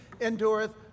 endureth